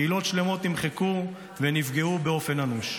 קהילות שלמות נמחקו ונפגעו באופן אנוש.